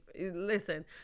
Listen